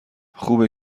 خوبه